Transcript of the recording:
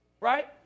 right